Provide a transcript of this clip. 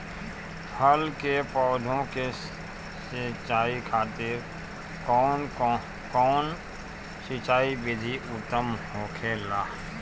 फल के पौधो के सिंचाई खातिर कउन सिंचाई विधि उत्तम होखेला?